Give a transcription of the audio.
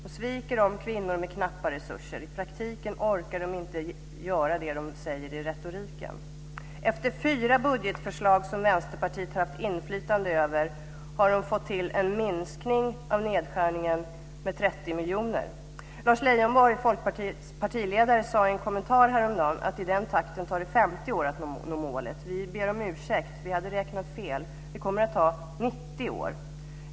Nu sviker man kvinnor med knappa resurser. I praktiken orkar man inte genomföra det som man säger i retoriken. Efter fyra budgetförslag som Vänsterpartiet har haft inflytande över har man nu fått till en minskning av nedskärningen med 30 miljoner. Folkpartiets partiledare Lars Leijonborg sade i en kommentar häromdagen att det med den takten tar 50 år att nå målet. Vi ber om ursäkt, vi hade räknat fel. Det kommer att ta 90 år.